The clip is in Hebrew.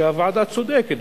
שהוועדה צודקת,